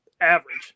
average